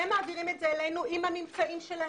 הם מעבירים את זה אלינו עם הממצאים שלהם.